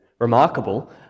Remarkable